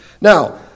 Now